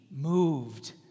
moved